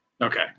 Okay